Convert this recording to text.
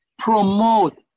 promote